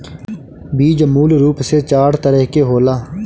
बीज मूल रूप से चार तरह के होला